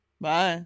Bye